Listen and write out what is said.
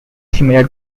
similar